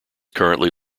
currently